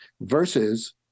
versus